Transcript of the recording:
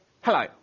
hello